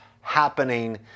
happening